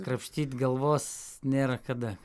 krapštyt galvos nėra kada